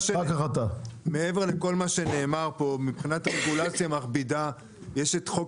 מעבר לכל מה שנאמר פה מבחינת הרגולציה המכבידה יש את חוק